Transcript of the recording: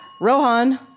Rohan